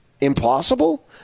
Impossible